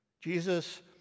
Jesus